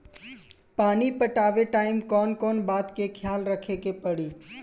पानी पटावे टाइम कौन कौन बात के ख्याल रखे के पड़ी?